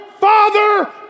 father